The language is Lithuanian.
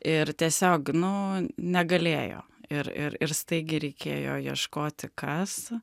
ir tiesiog nu negalėjo ir ir ir staigiai reikėjo ieškoti kas